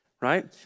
Right